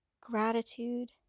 gratitude